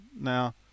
now